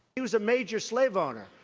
he was a major slave owner.